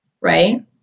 Right